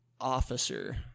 officer